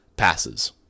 Passes